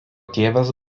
tėvas